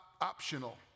optional